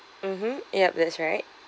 mmhmm yup that's right